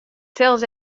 sels